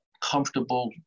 comfortable